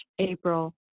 April